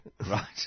Right